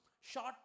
Short